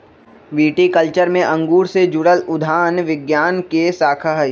viticulture में अंगूर से जुड़ल उद्यान विज्ञान के शाखा हई